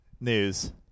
news